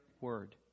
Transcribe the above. word